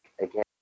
again